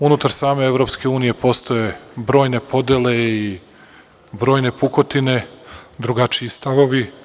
Unutar same EU postoje brojne podele i brojne pukotine, drugačiji stavovi.